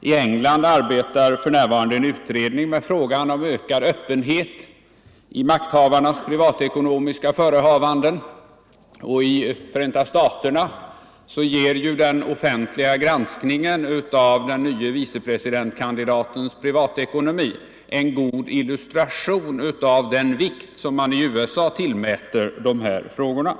I England arbetar för närvarande en utredning med frågan om ökad öppenhet i makthavarnas privatekonomiska förehavanden, och i Förenta staterna ger den offentliga granskningen av den nye vicepresidentkandidatens privatekonomi en god illustration av den vikt som man i USA tillmäter dessa frågor.